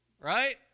Right